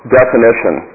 definition